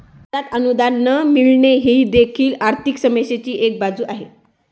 कर्जात अनुदान न मिळणे ही देखील आर्थिक समस्येची एक बाजू आहे